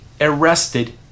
arrested